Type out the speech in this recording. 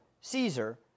Caesar